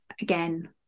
again